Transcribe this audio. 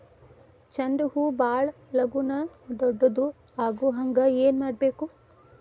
ಚಂಡ ಹೂ ಭಾಳ ಲಗೂನ ದೊಡ್ಡದು ಆಗುಹಂಗ್ ಏನ್ ಮಾಡ್ಬೇಕು?